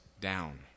down